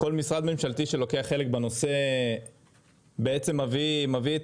כל משרד ממשלתי שלוקח חלק בנושא בעצם מביא את